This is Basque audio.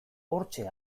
hortxe